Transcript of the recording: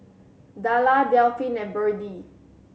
Darla Delphin and Birdie